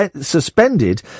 suspended